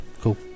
cool